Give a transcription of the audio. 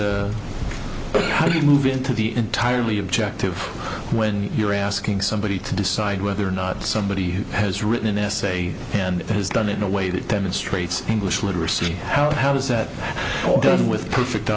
does how do you move into the entirely objective when you're asking somebody to decide whether or not somebody has written an essay and has done it in a way that demonstrates english literacy how the hell is that all done with perfect